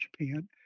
Japan